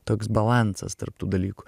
toks balansas tarp tų dalykų